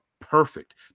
perfect